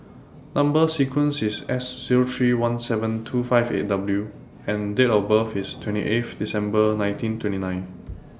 Number sequence IS S Zero three one seven two five eight W and Date of birth IS twenty eighth December nineteen twenty nine